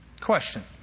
Question